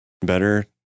better